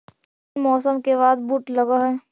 कोन मौसम के बाद बुट लग है?